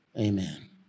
Amen